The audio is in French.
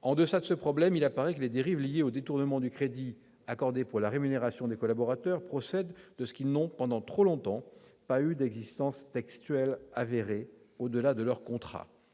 En deçà de ce problème, il apparaît que les dérives liées au détournement du crédit accordé pour la rémunération des collaborateurs procèdent de ce que ces derniers n'ont pas eu, pendant trop longtemps, d'existence textuelle avérée au-delà de leurs contrats.